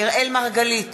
אראל מרגלית,